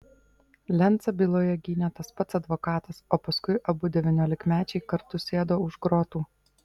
lencą byloje gynė tas pats advokatas o paskui abu devyniolikmečiai kartu sėdo už grotų